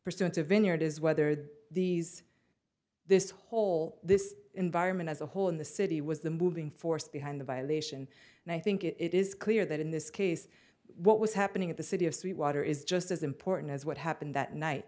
pursuant to vineyard is whether that these this whole this environment as a whole in the city was the moving force behind the violation and i think it is clear that in this case what was happening in the city of sweet water is just as important as what happened that night